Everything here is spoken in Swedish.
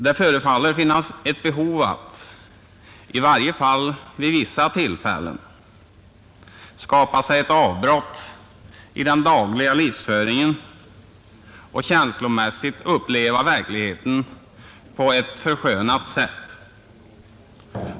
Det förefaller att finnas ett behov av att — i varje fall vid vissa tillfällen — skapa sig ett avbrott i den dagliga livsföringen och känslomässigt uppleva verkligheten på ett förskönat sätt.